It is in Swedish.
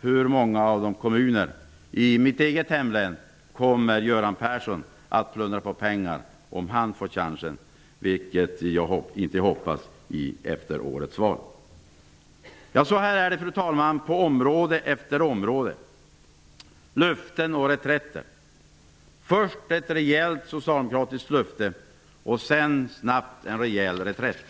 Hur många av kommunerna i mitt eget hemlän kommer Göran Persson att plundra på pengar om han -- vilket jag inte hoppas -- får chansen efter årets val? Så här är det, fru talman, på område efter område: löften och reträtter. Först ett rejält socialdemokratiskt löfte, sedan snabbt en rejäl reträtt.